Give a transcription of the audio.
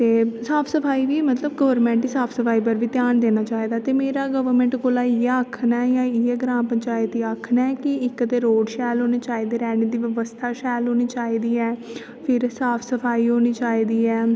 ते साफ सफाई मतलब गवर्नमेंट साफ सफाई उप्पर बी ध्यान देना चाहिदा ते मेरा गवर्नमेंट कोला इयै आक्खना ऐ इयै ग्राम पचायंत गी आक्खना है कि इक ते रोड़ शैल होनी चाहिदी ते रौहने दी ब्यावस्था शैल होनी चाहिदी ऐ फिर साफ सफाई होनी चाहिदी ऐ